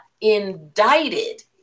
indicted